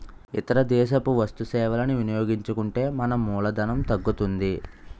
ఇతర దేశపు వస్తు సేవలని వినియోగించుకుంటే మన మూలధనం తగ్గుతుంది